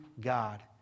God